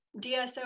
DSO